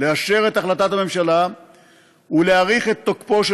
לאשר את החלטת הממשלה ולהאריך את תוקפו של